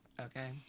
Okay